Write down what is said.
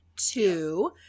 Two